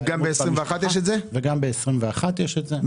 יש את זה גם בשנת 2021?